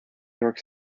york